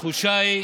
התחושה היא